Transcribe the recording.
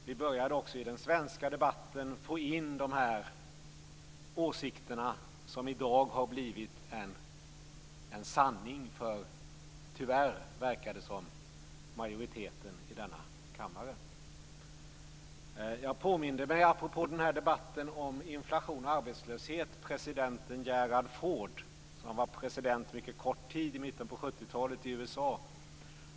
Vi började också i den svenska debatten att få in de åsikter som i dag tyvärr har blivit en sanning, verkar det som, för majoriteten i denna kammare. Apropå debatten om inflation och arbetslöshet påminde jag mig presidenten Gerald Ford, som under en mycket kort tid i mitten på 70-talet var president i USA.